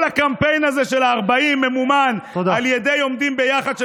כל הקמפיין הזה של ה-40 ממומן על ידי "עומדים ביחד" תודה.